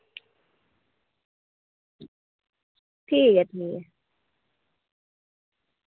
ठीक ऐ ठीक ऐ